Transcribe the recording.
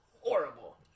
horrible